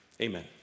Amen